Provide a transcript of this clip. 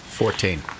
Fourteen